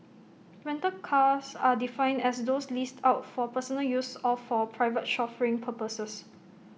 rental cars are defined as those leased out for personal use or for private chauffeuring purposes